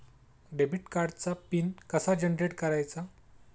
Debit कार्डचा PIN कसा generate करायचा?